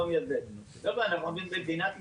חבר'ה, אנחנו במדינת ישראל.